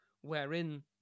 wherein